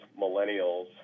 millennials